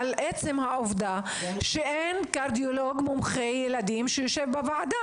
ועל עצם העובדה שאין קרדיולוג מומחה לילדים שיושב בוועדה.